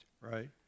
right